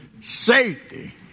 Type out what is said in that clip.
Safety